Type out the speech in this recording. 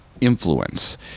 influence